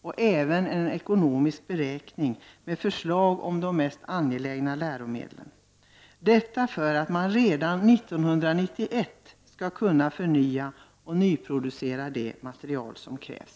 och även en ekonomisk beräkning med förslag beträffande de mest angelägna läromedlen — detta för att man redan 1991 skall kunna förnya och nyproducera de materiel som krävs.